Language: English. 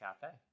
cafe